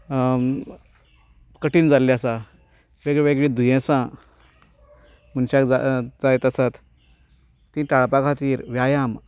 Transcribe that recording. कठीण जाल्लें आसा वेगवेगळीं दुयेंसां मनशाक जायत आसात ती टाळपा खातीर व्यायाम